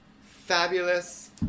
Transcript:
Fabulous